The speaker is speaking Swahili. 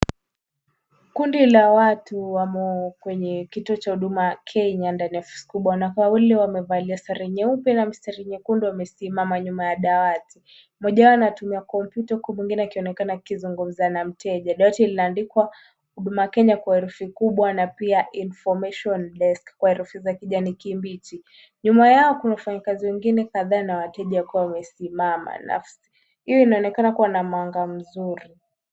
Kundi la watu wamo kwenye kituo cha Huduma Kenya, ndani ya ofisi kubwa na wawili wamevalia sare nyeupe na mstari nyekundu wamesimama nyuma ya dawati. Mmoja wao anatumia kompyuta huku mwingine akionekana akizungumza na mteja. Dawati limeandikwa Huduma Kenya kwa herufi kubwa na pia Information Desk kwa herufi za kijani kibichi. Nyuma yao kuna wafanyikazi wengine kadhaa na wateja wakiwa wamesimama. Hiyo inaonekana kuwa na mwanga mzuri.